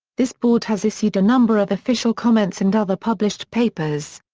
this board has issued a number of official comments and other published papers.